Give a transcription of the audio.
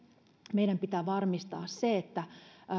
meidän pitää varmistaa se että